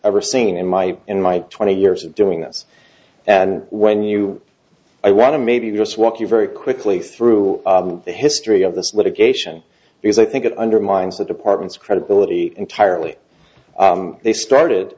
ever seen in my in my twenty years of doing this and when you i want to maybe just walk you very quickly through the history of this litigation because i think it undermines the department's credibility entirely they started